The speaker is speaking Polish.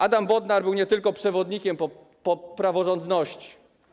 Adam Bodnar był nie tylko przewodnikiem po praworządności.